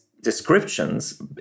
Descriptions